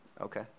Okay